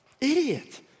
idiot